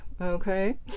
okay